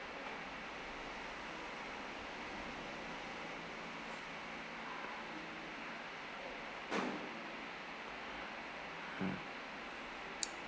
mm